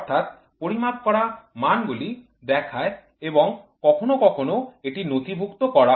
অর্থাৎ পরিমাপ করা মানগুলি দেখায় এবং কখনও কখনও এটি নথিভুক্ত করা হয়